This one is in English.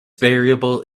variable